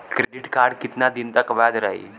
Credit card कितना दिन तक वैध रही?